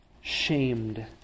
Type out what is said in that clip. shamed